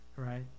Right